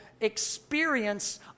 experience